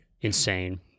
insane